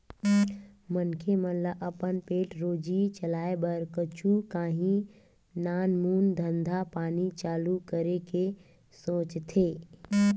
मनखे मन ल अपन पेट रोजी चलाय बर कुछु काही नानमून धंधा पानी चालू करे के सोचथे